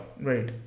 Right